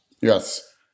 Yes